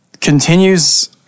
continues